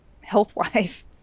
health-wise